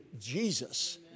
Jesus